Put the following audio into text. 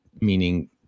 meaning